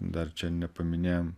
dar čia nepaminėjom